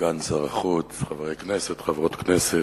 סגן שר החוץ, חברי הכנסת, חברות הכנסת,